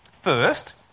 First